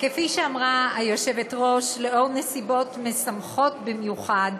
כפי שאמרה היושבת-ראש, לאור נסיבות משמחות במיוחד,